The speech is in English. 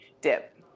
dip